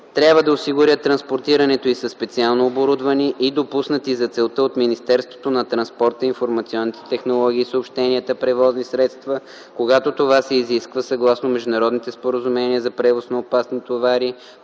трябва да осигурят транспортирането й със специално оборудвани и допуснати за целта от Министерството на транспорта, информационните технологии и съобщенията превозни средства, когато това се изисква съгласно международните споразумения за превоз на опасни товари,